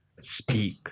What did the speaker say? speak